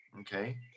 Okay